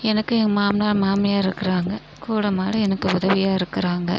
எனக்கு என் மாமனார் மாமியார் இருக்கிறாங்க கூடமாட எனக்கு உதவியா இருக்கிறாங்க